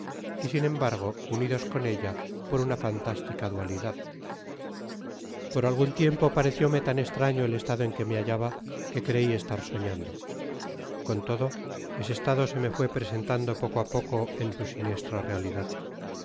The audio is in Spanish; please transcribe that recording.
y sin embargo unidos con ella por una fantástica dualidad por algun tiempo parecióme lan estraño el estado en que me hallaba que crei estar soñando con todo ese estado se me fué presentando poco á poco en su siniestra realidad